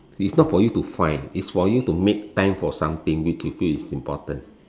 is not for you to find is for you to make time for something which you feel is important